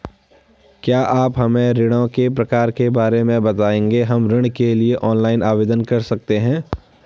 क्या आप हमें ऋणों के प्रकार के बारे में बताएँगे हम ऋण के लिए ऑनलाइन आवेदन कर सकते हैं?